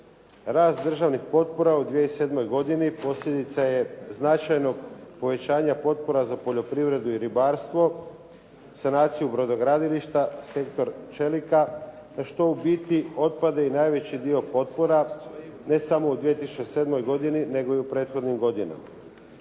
Rast državnih potpora u 2007. godini posljedica je značajnog povećanja potpora za poljoprivredu i ribarstvo, sanaciju brodogradilišta sektor čelika na što u biti otpada i najveći dio potpora ne samo u 2007. godini nego i u prethodnim godinama.